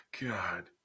God